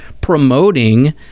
promoting